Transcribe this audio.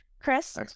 Chris